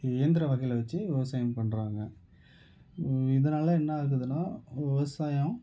இயந்திர வகைகளை வச்சு விவசாயம் பண்ணுறாங்க இதனால் என்ன ஆகுதுன்னா விவசாயம்